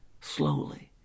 slowly